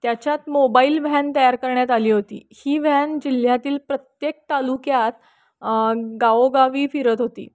त्याच्यात mobile van तयार करण्यात आली होती ही व्हॅन जिल्ह्यातील प्रत्येक तालुक्यात गावोगावी फिरत होती